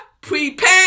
prepare